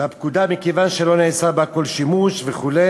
מהפקודה מכיוון שלא נעשה בה כל שימוש וכו'.